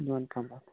دۄن کَمرَن